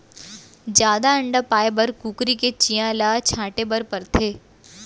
जादा अंडा पाए बर कुकरी के चियां ल छांटे बर परथे